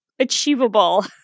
achievable